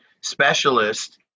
specialist